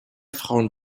frauen